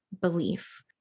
belief